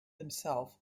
himself